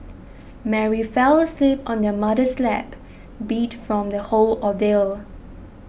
Mary fell asleep on her mother's lap beat from the whole ordeal